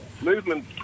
movement